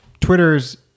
Twitter's